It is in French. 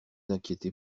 inquiétez